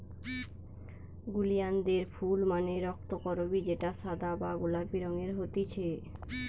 ওলিয়ানদের ফুল মানে রক্তকরবী যেটা সাদা বা গোলাপি রঙের হতিছে